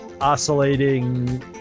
oscillating